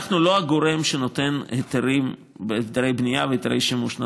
אנחנו לא הגורם שנותן היתרי בנייה והיתרי שימוש,